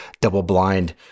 double-blind